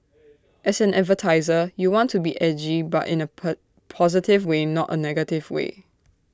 as an advertiser you want to be edgy but in A per positive way not A negative way